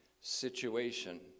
situation